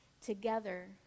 Together